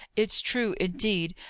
it's true, indeed!